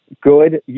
good